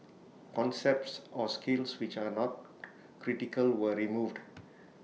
concepts or skills which are not critical were removed